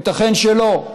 ייתכן שלא.